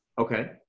Okay